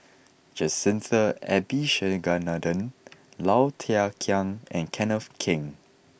Jacintha Abisheganaden Low Thia Khiang and Kenneth Keng